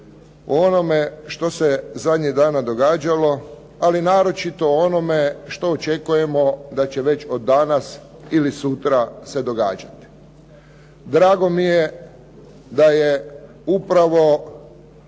o onome što se zadnjih dana događalo, ali naročito o onome što očekujemo da će već od danas ili sutra se događati. Drago mi je da je upravo